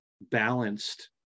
balanced